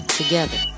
together